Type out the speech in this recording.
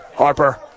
Harper